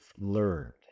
learned